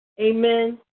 Amen